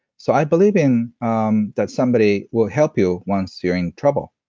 so, i believe in um that somebody will help you once you're in trouble.